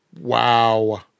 Wow